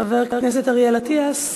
חבר הכנסת אריאל אטיאס.